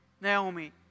Naomi